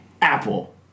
Apple